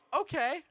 okay